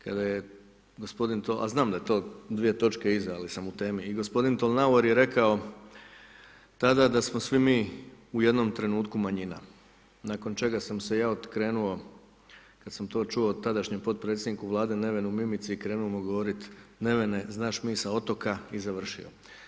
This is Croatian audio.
Kada je gospodin to, a znam da je to dvije točke iza, ali sam u temi i gospodin Tolnauer je rekao tada da smo svi mi u jednom trenutku manjina nakon čega sam se ja okrenuo kada sam to čuo od tadašnjeg potpredsjednika Vlade Nevenu Mimici u krenuo mu govoriti, Nevene znaš mi sa otoka i završio.